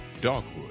Dogwood